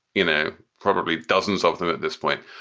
you know, probably dozens of them at this point.